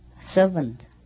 servant